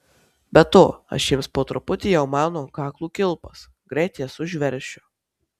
be to aš jiems po truputį jau maunu ant kaklų kilpas greit jas užveršiu